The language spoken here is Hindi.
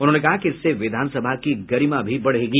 उन्होंने कहा कि इससे विधानसभा की गरिमा भी बढ़ेगी